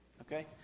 Okay